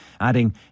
adding